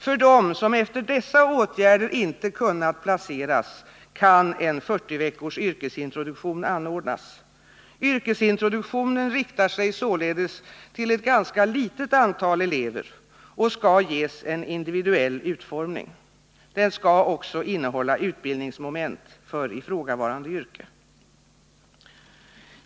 För dem som efter dessa åtgärder inte kunnat placeras kan en 40 veckors yrkesintroduktion anordnas. Yrkesintroduktionen riktar sig således till ett ganska litet antal elever och skall ges en individuell utformning. Den skall också innehålla utbildningsmoment för ifrågavarande yrke.